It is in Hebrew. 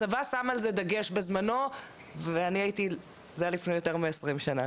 הצבא שם על זה דגש בזמנו וזה היה לפני יותר מ-20 שנה,